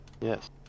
Yes